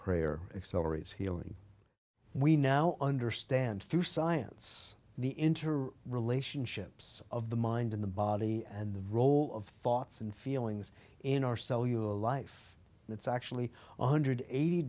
prayer accelerates healing we now understand through science the interim relationships of the mind in the body and the role of thoughts and feelings in our sell you a life that's actually one hundred eighty